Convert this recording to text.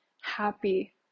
happy